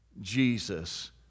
jesus